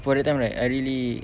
for that time right I really